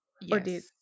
Yes